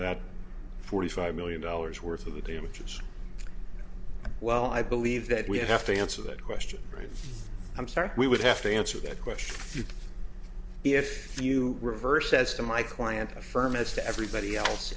that forty five million dollars worth of the damages well i believe that we have to answer that question i'm sorry we would have to answer that question if you reverse as to my client a firm as to everybody else